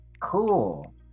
Cool